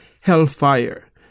hellfire